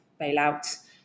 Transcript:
bailout